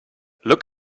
look